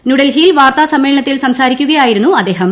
ന്യൂഡൽഹിയിൽ വാർത്താസമ്മേളനത്തിൽസംസാരിക്കുകയായിരുന്നു അദ്ദേഹം